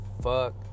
fuck